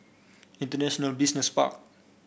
International Business Park